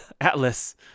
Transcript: atlas